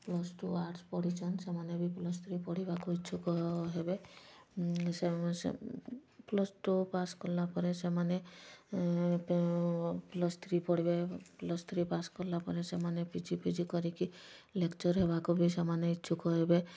plus two arts ପଢ଼ିଛନ୍ତି ସେମାନେ ବି ପ୍ଲସ୍ ଥ୍ରୀ ପଢ଼ିବାକୁ ଇଛୁକ ହେବେ ପ୍ଲସ୍ ଟୁ ପାସ୍ କଲାପରେ ସେମାନେ ପ୍ଲସ୍ ଥ୍ରୀ ପଢ଼ିବେ ପ୍ଲସ୍ ଥ୍ରୀ ପାସ୍ କଲାପରେ ସେମାନେ ପି ଜି ଫିଜି କରିକି ଲେକ୍ଚର ହେବାକୁ ବି ସେମାନେ ଇଛୁକ ହେବେ